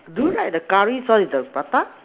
do you like the Curry sauce in the prata